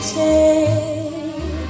take